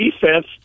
defense